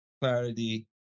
clarity